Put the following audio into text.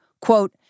Quote